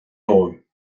romham